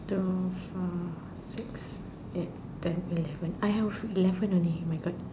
two four six eight ten eleven I have eleven only my God